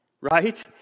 Right